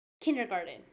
Kindergarten